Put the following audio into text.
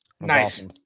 Nice